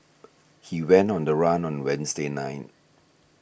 he went on the run on Wednesday night